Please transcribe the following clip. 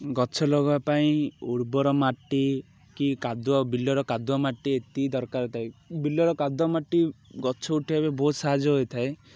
ଗଛ ଲଗେଇବା ପାଇଁ ଉର୍ବର ମାଟି କି କାଦୁଅ ବିଲର କାଦୁଅ ମାଟି ଏତିକି ଦରକାର ଥାଏ ବିଲର କାଦୁଅ ମାଟି ଗଛ ଉଠାଇବା ପାଇଁ ବହୁତ ସାହାଯ୍ୟ ହୋଇଥାଏ